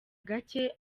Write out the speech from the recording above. gake